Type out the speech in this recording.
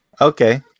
Okay